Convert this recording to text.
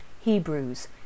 Hebrews